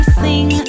sing